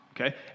Okay